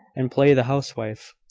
and play the housewife,